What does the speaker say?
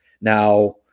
Now